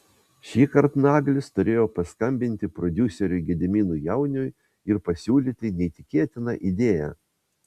šįkart naglis turėjo paskambinti prodiuseriui gediminui jauniui ir pasiūlyti neįtikėtiną idėją